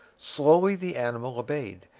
slowly the animal obeyed,